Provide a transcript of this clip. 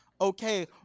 okay